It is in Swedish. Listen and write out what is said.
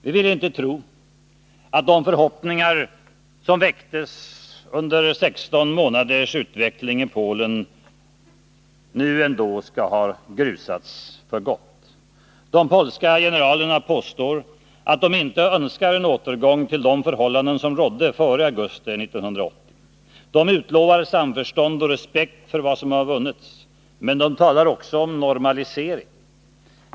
Vi vill inte tro att de förhoppningar som väcktes under 16 månaders utveckling i Polen nu skall ha grusats för gott. De polska generalerna påstår att de inte önskar en återgång till de förhållanden som rådde före augusti 1980. De utlovar samförstånd och respekt för vad som vunnits. Men de talar också om normalisering.